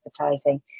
advertising